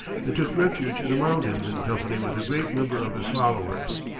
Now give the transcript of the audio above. and took refuge in the mountains in company with a great number of his followers.